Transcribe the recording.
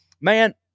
man